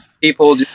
people